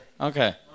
Okay